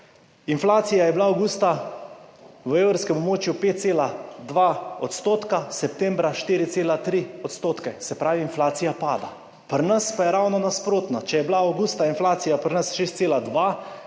inflacija je bila avgusta v evrskem območju 5,2 %, septembra 4,3 %, se pravi inflacija pada. Pri nas pa je ravno nasprotno. Če je bila avgusta inflacija pri nas 6,2